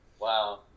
Wow